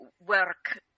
work